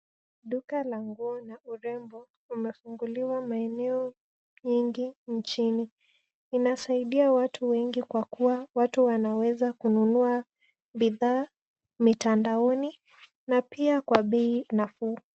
Duka la nguo na urembo umefunguliwa maeneo mingi nchini. Inasaidia watu wengi kwa kuwa watu wanaweza kununua bidhaa mitandaoni na pia kwa bei nafuu.